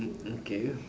mm okay